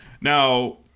Now